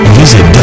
visit